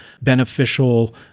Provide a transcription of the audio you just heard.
beneficial